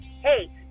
hey